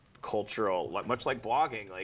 cultural like much like blogging, like